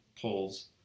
pulls